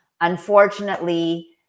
Unfortunately